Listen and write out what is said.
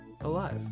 alive